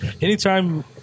anytime